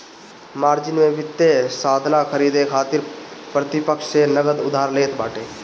margin में वित्तीय साधन खरीदे खातिर प्रतिपक्ष से नगद उधार लेत बाटे